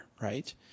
right